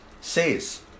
says